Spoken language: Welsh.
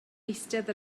eistedd